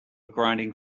grinding